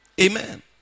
Amen